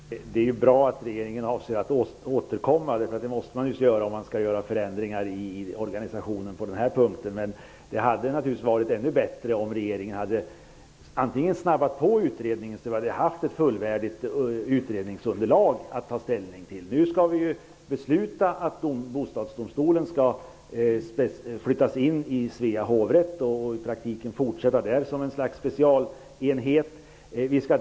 Herr talman! Det är bra att regeringen avser att återkomma. Det måste den naturligtvis göra om det skall ske förändringar i organisationen. Men det hade naturligtvis varit ännu bättre om regeringen hade snabbat på utredningen så att vi hade haft ett fullvärdigt utredningsunderlag att ta ställning till. Nu skall vi ju besluta att Bostadsdomstolen skall flyttas in i Svea hovrätt och i praktiken fortsätta där som något slags specialenhet.